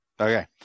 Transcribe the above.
Okay